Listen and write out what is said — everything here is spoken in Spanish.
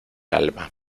alba